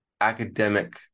academic